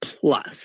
plus